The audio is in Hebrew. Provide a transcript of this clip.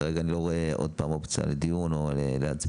כרגע אני לא רואה אופציה לדיון או להצביע.